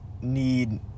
need